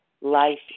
life